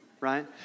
right